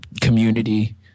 community